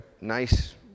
nice